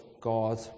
God